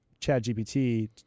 ChatGPT